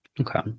okay